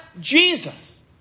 Jesus